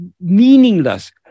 meaningless